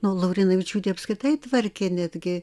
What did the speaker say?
nu laurinavičiūtė apskritai tvarkė netgi